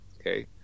Okay